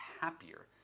happier